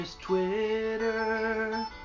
Twitter